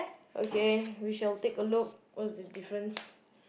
okay we shall take a look what's the difference